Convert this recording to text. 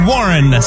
Warren